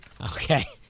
Okay